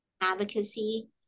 advocacy